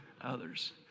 others